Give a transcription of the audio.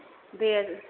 बे